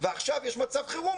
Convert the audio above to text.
ועכשיו יש מצב חירום,